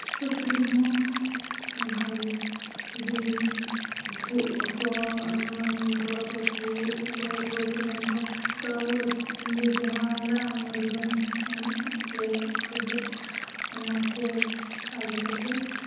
ᱥᱩᱠᱨᱤ ᱦᱚᱸ ᱚᱱᱠᱟᱜᱮ ᱡᱩᱫᱤ ᱠᱷᱩᱜᱼᱟᱠᱚ ᱚᱱᱢᱟᱱ ᱨᱩᱣᱟᱹᱜᱼᱟ ᱠᱚ ᱠᱷᱩᱜ ᱨᱩᱣᱟᱹ ᱠᱚ ᱧᱟᱢ ᱠᱚᱣᱟ ᱛᱚ ᱟᱵᱚ ᱟᱹᱛᱩ ᱫᱤᱥᱚᱢ ᱨᱮ ᱡᱟᱦᱟᱸ ᱨᱟᱱ ᱢᱩᱨᱜᱟᱹᱱ ᱧᱟᱢᱚᱜᱼᱟ ᱨᱮᱦᱮᱫ ᱥᱮᱸᱫᱮᱫ ᱚᱱᱟ ᱠᱚ ᱟᱹᱜᱩ ᱠᱟᱛᱮᱫ